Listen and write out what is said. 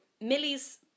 Millie's